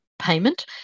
payment